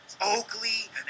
Oakley